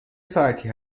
ساعتی